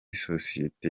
sosiyete